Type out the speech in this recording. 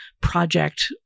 project